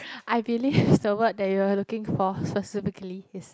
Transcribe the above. I believe its the word that you are looking for specifically is